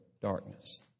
darkness